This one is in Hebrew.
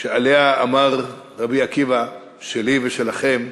שעליה אמר רבי עקיבא: "שלי ושלכם,